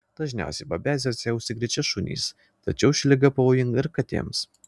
dažniausiai babezioze užsikrečia šunys tačiau ši liga pavojinga ir katėms